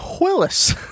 willis